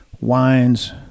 wines